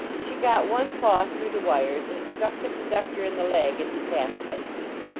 she got one paw through the wires and struck the conductor in the leg as he passed my seat,